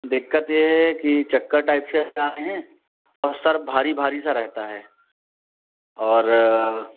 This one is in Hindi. दिक्कत यह है कि चक्कर टाइप से आ रहे हैं और सर भारी भारी सा रहता है और